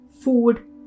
food